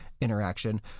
interaction